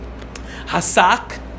hasak